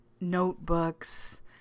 notebooks